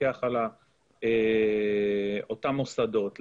לפקח על אותן מוסדות,